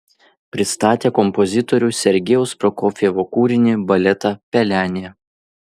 pristatė kompozitorių sergejaus prokofjevo kūrinį baletą pelenė